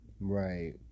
Right